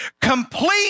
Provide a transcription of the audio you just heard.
Complete